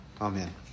Amen